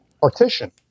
partition